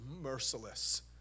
merciless